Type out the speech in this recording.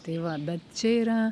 tai va bet čia yra